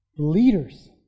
Leaders